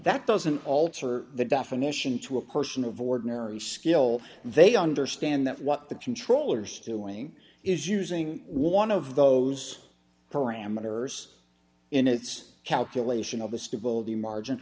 that doesn't alter the definition to a question of ordinary skill they understand that what the controller's doing is using one of those parameters in its calculation of the stability margin